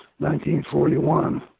1941